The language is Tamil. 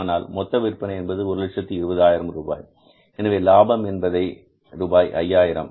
ஆனால் மொத்த விற்பனை என்பது 120000 ரூபாய் எனவே லாபம் என்பதை ரூபாய் 5 ஆயிரம்